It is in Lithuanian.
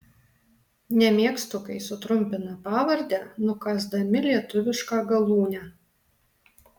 nemėgstu kai sutrumpina pavardę nukąsdami lietuvišką galūnę